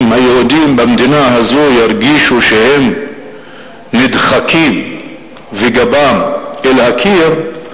אם היהודים במדינה הזו ירגישו שהם נדחקים וגבם אל הקיר,